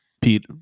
Pete